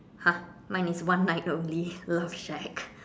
!huh! mine is one night only love shack